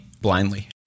blindly